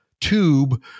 tube